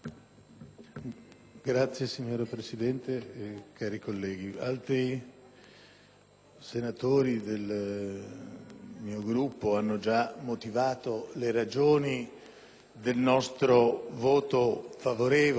*(PD)*. Signora Presidente, cari colleghi, altri senatori del mio Gruppo hanno già motivato le ragioni del nostro voto favorevole